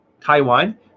Taiwan